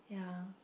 yeah